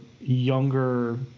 younger